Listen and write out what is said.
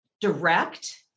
direct